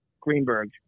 Greenberg